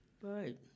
Right